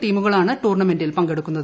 ടീമുകളാണ് ടൂർണമെന്റിൽ പങ്കെടുക്കുന്നത്